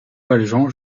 valjean